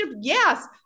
Yes